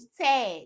tag